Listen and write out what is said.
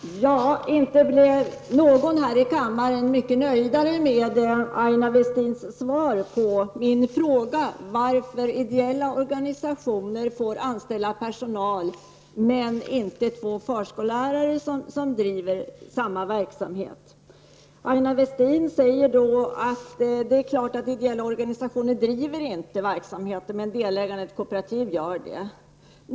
Herr talman! Inte blev någon här i kammaren mycket nöjdare med Aina Westins svar på min fråga om varför ideella organisationer får anställa personal men inte två förskollärare som driver samma verksamhet. Aina Westin säger att ideella organisationer inte driver verksamheten, men att delägarna i ett kooperativ gör det.